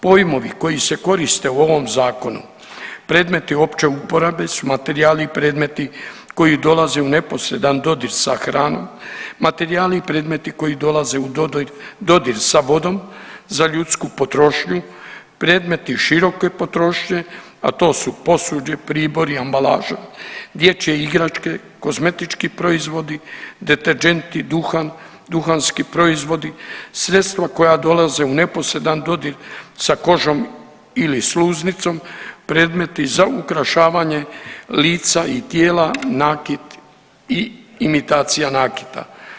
Pojmovi koji se koriste u ovom zakonu, predmeti opće uporabe su materijali i predmeti koji dolaze u neposredan dodir sa hranom, materijali i predmeti koji dolaze u dodir sa vodom za ljudsku potrošnju, predmeti široke potrošnje, a to su posuđe, pribori, ambalaže, dječje igračke, kozmetički proizvodi, deterdženti, duhan, duhanski proizvodi, sredstva koja dolaze u neposredan dodir sa kožom ili sluznicom, predmeti za ukrašavanje lica i tijela, nakit i imitacija nakita.